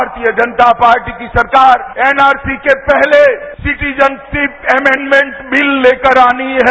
भारतीय जनता पार्टी की सरकार एनआरसी के पहले सिटीजनशिप अमेंडमेंट बिल लेकर आनी है